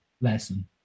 lesson